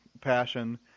Passion